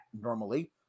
normally